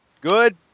good